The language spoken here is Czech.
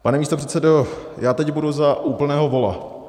Pane místopředsedo, já teď budu za úplného vola.